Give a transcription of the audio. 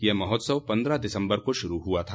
यह महोत्सव पन्द्रह दिसम्बर को शुरू हुआ था